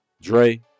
Dre